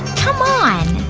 come on,